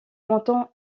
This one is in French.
montant